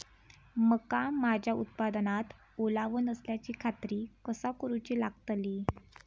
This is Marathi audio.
मका माझ्या उत्पादनात ओलावो नसल्याची खात्री कसा करुची लागतली?